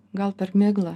gal per miglą